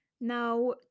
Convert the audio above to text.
Now